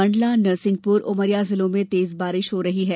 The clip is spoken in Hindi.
मण्डला नरसिंहपुर उमरिया जिलों में तेज बारिश हो रही है